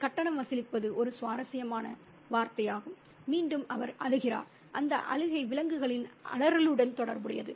கட்டணம் வசூலிப்பது ஒரு சுவாரஸ்யமான வார்த்தையாகும் மீண்டும் அவர் அழுகிறார் அந்த அழுகை விலங்குகளின் அலறலுடன் தொடர்புடையது